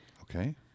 Okay